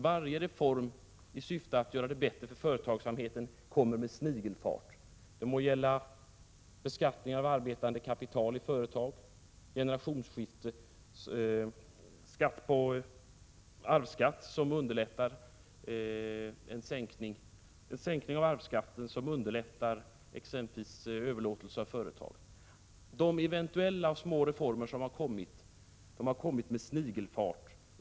Varje reform i syfte att göra det bättre för företagsamheten kommer med snigelfart. Det må gälla beskattning av arbetande kapital i företagen, generationsskifte eller en sänkning av arvsskatten vilken underlättar exempelvis överlåtelse av företag? De eventuella små reformer som har kommit har kommit med snigelfart.